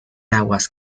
aguas